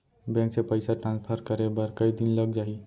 Bank से पइसा transfer करे बर कई दिन लग जाही?